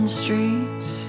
streets